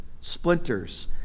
splinters